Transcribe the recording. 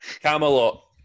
Camelot